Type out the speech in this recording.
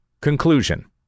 Conclusion